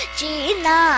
china